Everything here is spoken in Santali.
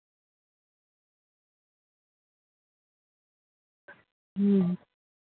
ᱦᱩᱸ